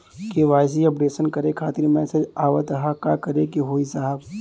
KYC updation करें खातिर message आवत ह का करे के होई साहब?